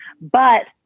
but-